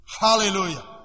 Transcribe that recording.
Hallelujah